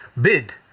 bid